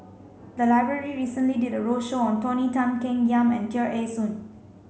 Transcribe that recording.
the library recently did a roadshow on Tony Tan Keng Yam and Tear Ee Soon